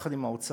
יחד עם האוצר,